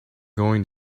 going